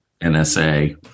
NSA